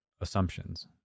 assumptions